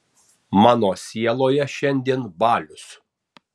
mano sieloje šiandien balius